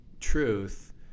Truth